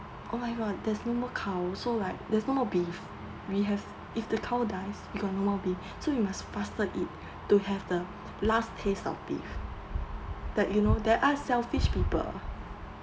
oh my god there's no more cows so like there's no more beef we have if the cow dies we got no more beef so we must faster eat to have the last taste of beef that you know there are selfish people